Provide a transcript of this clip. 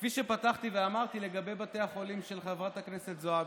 כפי שפתחתי ואמרתי לגבי בתי החולים של חברת הכנסת זועבי: